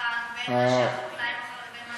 בין מה שהחקלאי מכר לבין מה